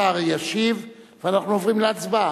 השר ישיב, ואנחנו עוברים להצבעה.